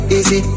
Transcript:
Easy